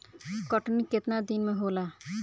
कटनी केतना दिन में होला?